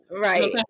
Right